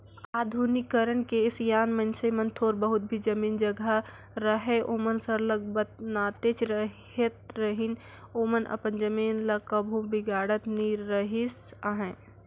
आधुनिकीकरन के सियान मइनसे मन थोर बहुत भी जमीन जगहा रअहे ओमन सरलग बनातेच रहत रहिन ओमन अपन जमीन ल कभू बिगाड़त नी रिहिस अहे